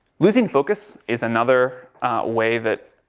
losing focus is another way that